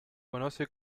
conoce